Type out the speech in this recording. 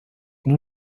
nur